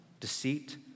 Deceit